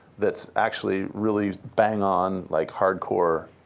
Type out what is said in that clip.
that's actually really bang-on, like hardcore,